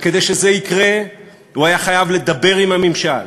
וכדי שזה יקרה הוא היה חייב לדבר עם הממשל,